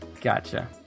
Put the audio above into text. Gotcha